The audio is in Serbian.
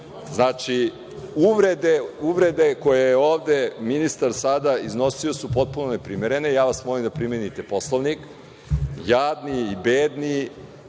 način. Znači, uvrede koje je ovde ministar sada iznosio su potpuno neprimerene. Ja vas molim da primenite Poslovnik. „Jadni“ i „bedni“,